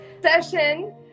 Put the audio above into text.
session